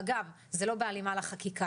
אגב, זה לא בהלימה לחקיקה.